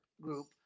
group